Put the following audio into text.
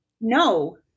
No